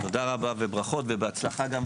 תודה רבה, ברכות, והצלחה גם לך.